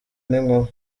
n’inkuba